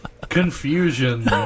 Confusion